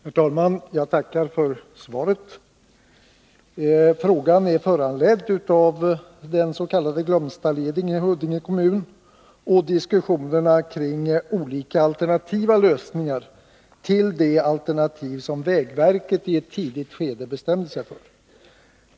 Herr talman! Jag tackar för svaret. Frågan är föranledd av den s.k. Glömstaleden i Huddinge kommun och diskussionerna kring olika alternativa lösningar till det alternativ som vägverket ett tidigt skede bestämde sig för.